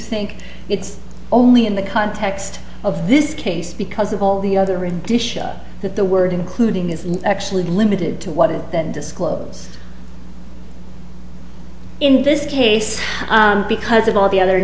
think it's only in the context of this case because of all the other in addition that the word including is actually limited to what is that disclose in this case because of all the other